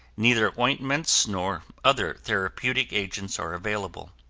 neither ointments nor other therapeutic agents are available.